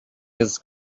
his